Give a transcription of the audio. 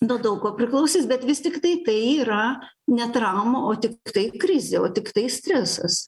nuo daug ko priklausys bet vis tiktai tai yra ne trauma o tiktai krizė o tiktai stresas